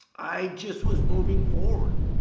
i just was moving forward.